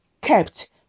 kept